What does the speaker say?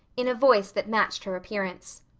in a voice that matched her appearance.